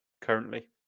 currently